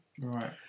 Right